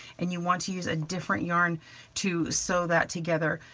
and you want to use a different yarn to sew that together,